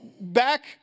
back